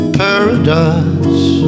paradise